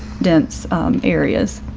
dense areas